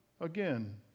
again